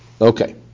Okay